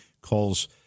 calls